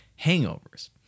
hangovers